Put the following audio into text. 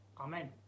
amen